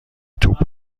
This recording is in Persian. توپ